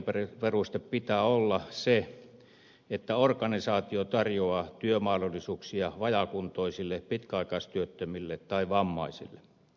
hyväksyttävänä valintaperusteena pitää olla että organisaatio tarjoaa työmahdollisuuksia vajaakuntoisille pitkäaikaistyöttömille tai vammaisille